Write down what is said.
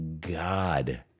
God